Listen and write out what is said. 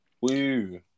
Woo